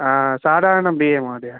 साेधारण B A महोदय